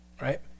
right